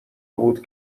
بود